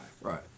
Right